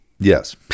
Yes